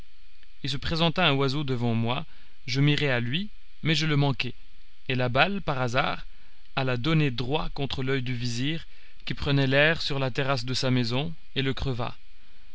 il se présenta un oiseau devant moi je mirai à lui mais je le manquai et la balle par hasard alla donner droit contre l'oeil du vizir qui prenait l'air sur la terrasse de sa maison et le creva